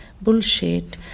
bullshit